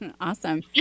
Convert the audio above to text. Awesome